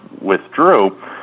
withdrew